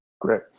Great